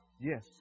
Yes